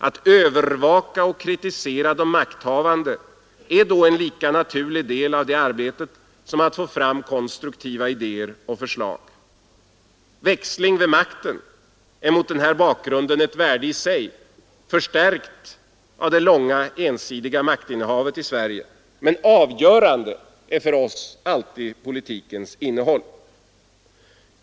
Att övervaka och kritisera de makthavande är därvid en lika naturlig del av detta arbete som att få fram konstruktiva idéer och förslag. Växling vid makten är mot denna bakgrund ett värde i sig, förstärkt av det långa ensidiga maktinnehavet i Sverige. Men avgörande för oss är alltid politikens innehåll.